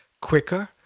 quicker